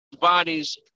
bodies